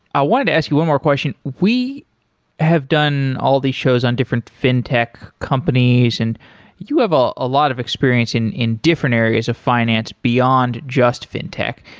i wanted to ask you one more question. we have done all these shows on different fintech companies. and you have a ah lot of experience in in different areas of finance beyond just fintech.